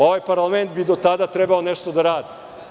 Ovaj parlament bi do tada trebalo nešto da radi.